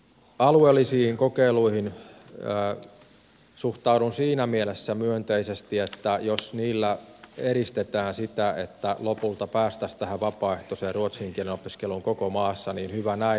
alueellisiin kokeiluihin suhtaudun siinä mielessä myönteisesti että jos niillä edistetään sitä että lopulta päästäisiin tähän vapaaehtoiseen ruotsin kielen opiskeluun koko maassa niin hyvä näin